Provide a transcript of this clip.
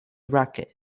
racket